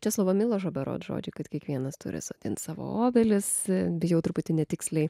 česlovo milošo berods žodžiai kad kiekvienas turi sodint savo obelis bijau truputį netiksliai